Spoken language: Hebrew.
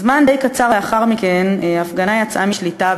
זמן די קצר לאחר מכן ההפגנה יצאה משליטה,